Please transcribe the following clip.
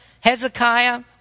Hezekiah